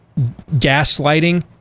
gaslighting